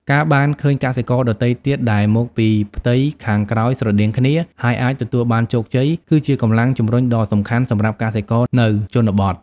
ការបានឃើញកសិករដទៃទៀតដែលមកពីផ្ទៃខាងក្រោយស្រដៀងគ្នា ហើយអាចទទួលបានជោគជ័យ គឺជាកម្លាំងជំរុញដ៏សំខាន់សម្រាប់កសិករនៅជនបទ។